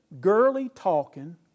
girly-talking